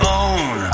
own